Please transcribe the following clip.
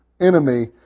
enemy